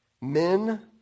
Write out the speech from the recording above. Men